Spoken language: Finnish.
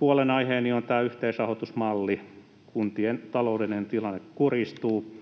huolenaiheeni on tämä yhteisrahoitusmalli: Kuntien taloudellinen tilanne kurjistuu.